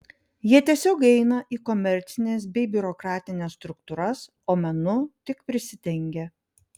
jie tiesiog eina į komercines bei biurokratines struktūras o menu tik prisidengia